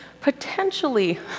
potentially